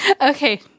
okay